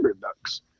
ducks